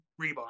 rebar